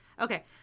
okay